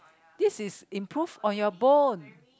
this is improve on your bone